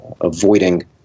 avoiding